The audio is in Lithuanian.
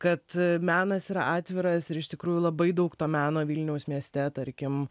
kad menas yra atviras ir iš tikrųjų labai daug to meno vilniaus mieste tarkim